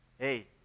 hey